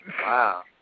Wow